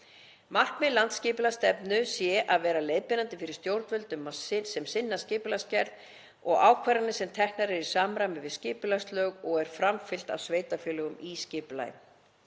Markmið landsskipulagsstefnu sé að vera leiðbeinandi fyrir stjórnvöld sem sinna skipulagsgerð og ákvarðanir sem teknar eru í samræmi við skipulagslög og er framfylgt af sveitarfélögum í skipulagi.